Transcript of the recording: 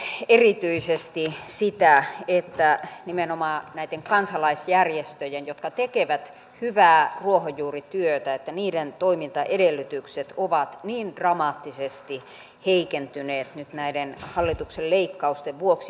suren erityisesti sitä että nimenomaan näitten kansalaisjärjestöjen jotka tekevät hyvää ruohonjuurityötä toimintaedellytykset ovat niin dramaattisesti heikentyneet nyt näiden hallituksen leikkausten vuoksi